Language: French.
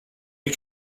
est